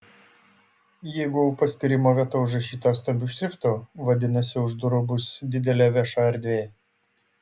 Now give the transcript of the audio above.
jeigu paskyrimo vieta užrašyta stambiu šriftu vadinasi už durų bus didelė vieša erdvė